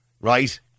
Right